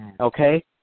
okay